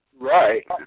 Right